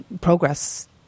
progress